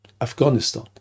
Afghanistan